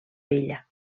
vella